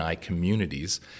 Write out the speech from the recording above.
communities